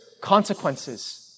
consequences